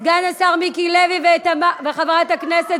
חבר סיעתך, חברת הכנסת